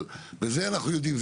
את זה אנחנו יודעים,